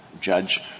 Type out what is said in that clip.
judge